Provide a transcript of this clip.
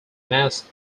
mask